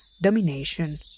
domination